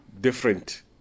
different